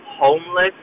homeless